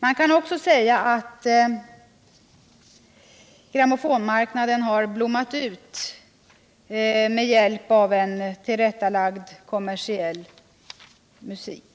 Man kan också säga att grammofonmarknaden har blommat upp med hjälp av en tillrättalagd kommersiell musik.